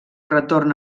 retorn